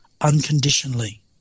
unconditionally